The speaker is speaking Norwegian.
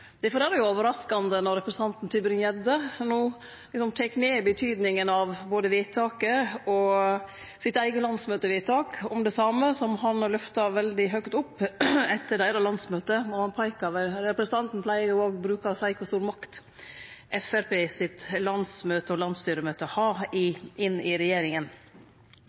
Difor er det overraskande at representanten Tybring-Gjedde no tek ned betydninga av både vedtaket og deira eige landsmøtevedtak om det same, noko han har lyfta veldig høgt etter landsmøtet deira. Representanten pleier òg å seie kor stor makt Framstegspartiets landsmøte og landsstyremøte har inn i regjeringa.